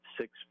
six